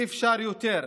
אי-אפשר יותר.